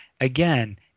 again